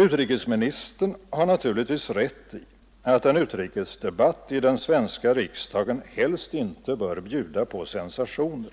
Utrikesministern har naturligtvis rätt i att en utrikesdebatt i svenska riksdagen helst inte bör bjuda på sensationer.